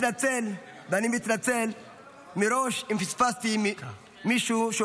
שאומר עכשיו, ואני מתנצל מראש אם פספסתי מישהו: